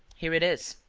here it is,